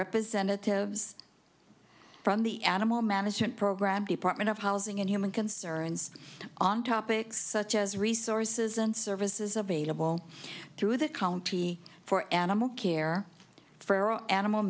representatives from the animal management program department of housing and human concerns on topics such as resources and services available through the county for animal care for animal